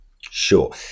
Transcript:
Sure